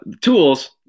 tools